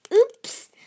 Oops